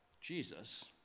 Jesus